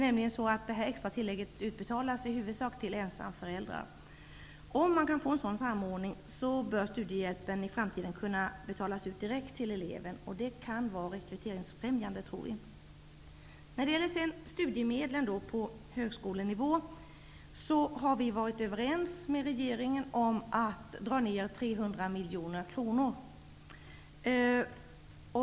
Det extra tillägget utbetalas nämligen i huvudsak till ensamföräldrar. Om man kan få en sådan samordning bör studiehjälpen i framtiden kunna betalas ut direkt till eleven. Det kan vara rekryteringsfrämjande, tror vi. När det gäller studiemedlen på högskolenivå har vi varit överens med regeringen om att dra ned det med 300 miljoner kronor.